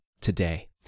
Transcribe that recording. today